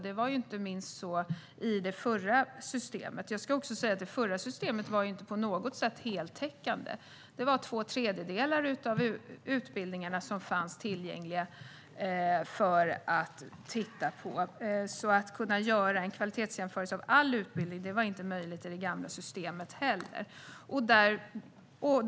Det var inte minst så i det förra systemet. Det förra systemet var inte på något sätt heltäckande. Det var två tredjedelar av utbildningarna som fanns tillgängliga att titta på. Att göra en kvalitetsjämförelse av all utbildning var alltså inte möjligt i det gamla systemet heller.